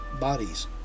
bodies